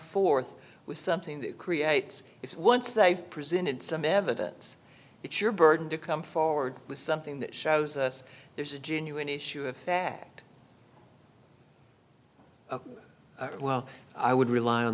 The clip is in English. forth with something that creates it once they've presented some evidence it's your burden to come forward with something that shows us there's a genuine issue of bad well i would rely on